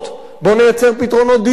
בוא נייצר פתרונות דיור,